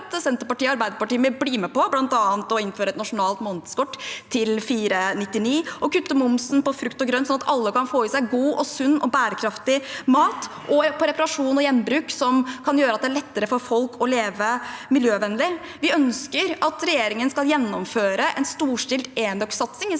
Senterpartiet og Arbeiderpartiet vil bli med på, bl.a. å innføre et nasjonalt månedskort til 499 kr, å kutte momsen på frukt og grønt – slik at alle kan få i seg god, sunn og bærekraftig mat – og på reparasjon og gjenbruk, som kan gjøre at det er lettere for folk å leve miljøvennlig. Vi ønsker at regjeringen skal gjennomføre en storstilt enøksatsing istedenfor